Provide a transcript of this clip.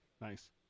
Nice